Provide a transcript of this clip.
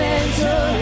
mental